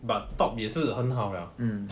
but top 也是很好 liao